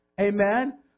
Amen